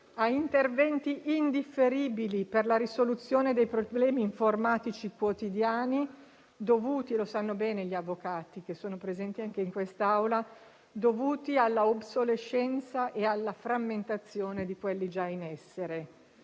a interventi indifferibili per la risoluzione dei problemi informatici quotidiani, dovuti - come sanno bene gli avvocati, presenti anche in quest'Aula - alla obsolescenza e alla frammentazione di quelli già in essere.